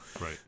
Right